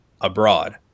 abroad